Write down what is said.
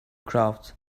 crowd